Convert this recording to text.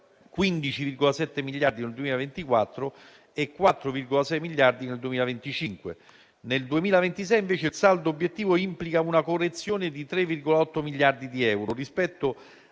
15,7 miliardi del 2024 e a 4,6 miliardi nel 2025. Nel 2026, invece, il saldo obiettivo implica una correzione di 3,8 miliardi di euro rispetto